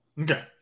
okay